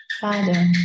father